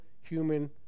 human